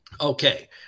Okay